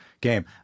game